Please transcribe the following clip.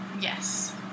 Yes